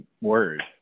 word